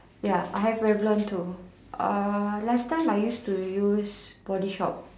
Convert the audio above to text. ya I have Revlon too uh last time I used to use body shop